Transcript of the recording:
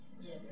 Yes